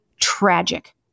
tragic